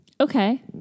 Okay